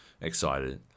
excited